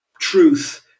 truth